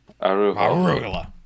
Arugula